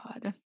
God